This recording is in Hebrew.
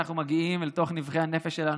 אנחנו מגיעים אל תוך נבכי הנפש שלנו,